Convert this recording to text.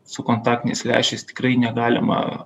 su kontaktiniais lęšiais tikrai negalima